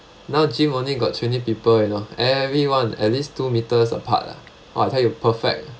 now gym only got twenty people you know everyone at least two metres apart lah !wah! I tell you perfect ah